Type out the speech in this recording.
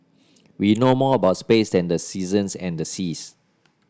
we know more about space than the seasons and the seas